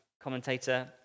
commentator